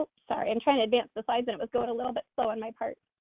ah sorry, i'm trying to advance the slides, and it was going a little bit slow on my part,